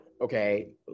Okay